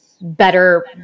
better